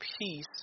peace